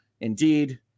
Indeed